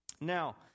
Now